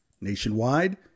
Nationwide